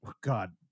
God